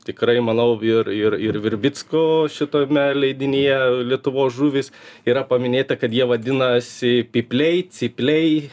tikrai manau ir ir ir virbicko šitome leidinyje lietuvos žuvys yra paminėta kad jie vadinasi pypliai cypliai